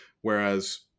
whereas